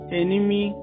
enemy